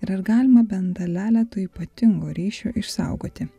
ir ar galima bent dalelę to ypatingo ryšio išsaugoti